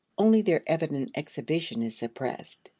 only their evident exhibition is suppressed.